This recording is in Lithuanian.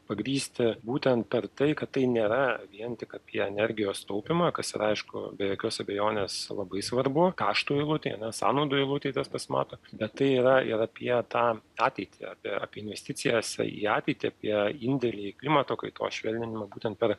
pagrįsti būtent per tai kad tai nėra vien tik apie energijos taupymą kas yra aišku be jokios abejonės labai svarbu kašto eilutėj sąnaudų eilutėj tas pasimato bet tai yra ir apie tą ateitį apie apie investicijas į ateitį apie indėlį į klimato kaitos švelninimą būtent per